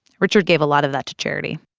richard gave a lot of that to charity